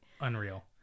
unreal